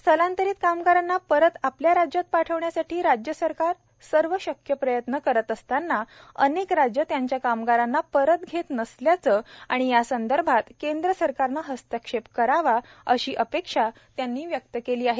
स्थलांतरित कामगारांना परत आपल्या राज्यात पाठवण्यासाठी राज्य सरकार सर्व शक्य प्रयत्न करत असताना अनेक राज्य त्यांच्या कामगारांना परत घेत नसल्याचं आणि या संदर्भात केंद्र सरकारनं हस्तक्षेप करावा अशी अपेक्षा त्यांनी व्यक्त केली आहे